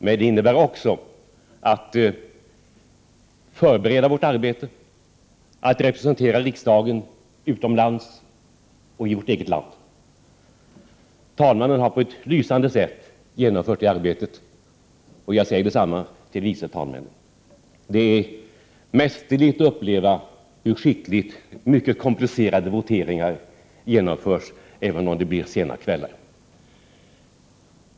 Det innebär emellertid också att förbereda vårt arbete och att representera riksdagen utomlands och i vårt eget land. Talmannen har på ett lysande sätt genomfört det arbetet, och jag säger detsamma om de vice talmännen. Det är mästerligt att uppleva hur skickligt mycket komplicerade voteringar genomförs även under sena kvällar.